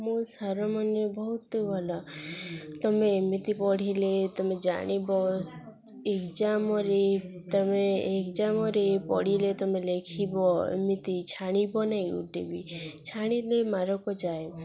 ମୋ ସାର୍ମାନେ ବହୁତ ଭଲ ତୁମେ ଏମିତି ପଢ଼ିଲେ ତୁମେ ଜାଣିବ ଏଗଜାମ୍ରେ ତୁମେ ଏଗଜାମ୍ରେ ପଡ଼ିଲେ ତୁମେ ଲେଖିବ ଏମିତି ଛାଡ଼ିବ ନାହିଁ ମୋଟେଭି ଛାଡ଼ିଲେ ମାରକ ଯାଏ